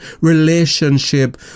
relationship